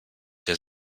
der